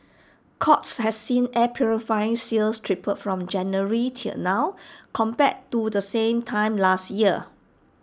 courts has seen air purifier sales triple from January till now compared to the same time last year